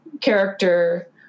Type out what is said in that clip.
character